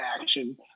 action